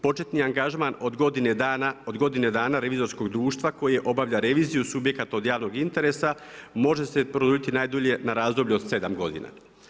Početni angažman od godine dana revizorskog društva koji obavlja reviziju subjekata od javnog interesa može se produljiti najdulje na razdoblje od sedam godina.